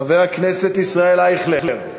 חבר הכנסת ישראל אייכלר.